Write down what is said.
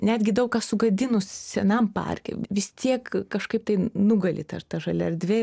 netgi daug ką sugadinus senam parke vis tiek kažkaip tai nugali ta ta žalia erdvė